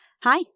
Hi